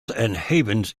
havens